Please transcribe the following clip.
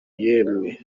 yemwe